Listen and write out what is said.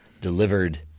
delivered